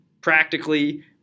practically